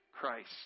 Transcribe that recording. Christ